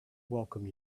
welcome